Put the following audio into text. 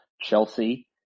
Chelsea